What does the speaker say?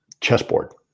chessboard